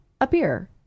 appear